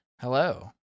Hello